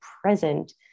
present